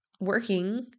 working